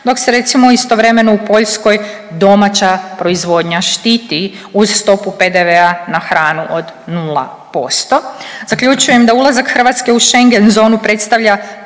dok se recimo istovremeno u Poljskoj domaća proizvodnja štiti uz stopu PDV-a na hranu od 0%. Zaključujem da ulazak Hrvatske u schengen zonu predstavlja